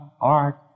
art